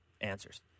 answers